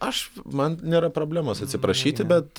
aš man nėra problemos atsiprašyti bet